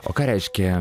o ką reiškia